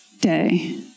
day